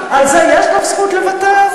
על זה יש לך זכות לוותר?